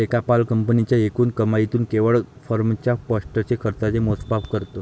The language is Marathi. लेखापाल कंपनीच्या एकूण कमाईतून केवळ फर्मच्या स्पष्ट खर्चाचे मोजमाप करतो